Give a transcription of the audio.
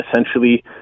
essentially